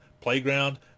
Playground